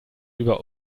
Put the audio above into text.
über